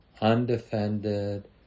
undefended